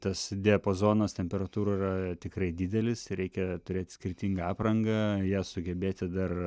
tas diapazonas temperatūrų yra tikrai didelis reikia turėt skirtingą aprangą ją sugebėti dar